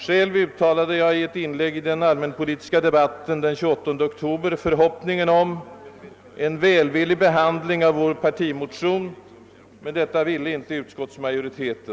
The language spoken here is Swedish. Själv uttalade jag i ett inlägg i den allmänpolitiska debatten den 28 oktober förhoppningen om en välvillig behandling av vår partimotion, men utskottsmajoriteten har nu ställt sig avvisande.